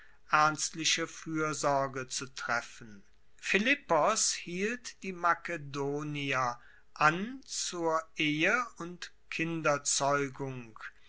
ernstliche fuersorge zu treffen philippos hielt die makedonier an zur ehe und